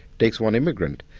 takes one immigrant.